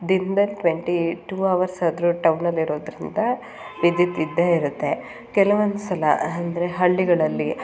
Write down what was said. ದಿನ್ದಲ್ಲಿ twenty two hours ಆದರೂ ಟೌನಲ್ಲಿ ಇರೋದರಿಂದ ವಿದ್ಯುತ್ ಇದ್ದೇ ಇರುತ್ತೆ ಕೆಲವೊಂದು ಸಲ ಅಂದರೆ ಹಳ್ಳಿಗಳಲ್ಲಿ